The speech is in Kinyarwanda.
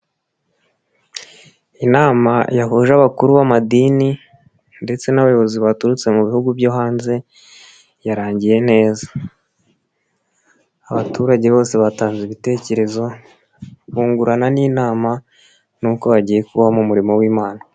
Inama yahuje abakuru b'amadini ndetse n'abayobozi baturutse mu bihugu byo hanze yarangiye neza, abaturage bose batanze ibitekerezo bungurana n'inama nk'uko bagiye kubaho mu murimo w'imana.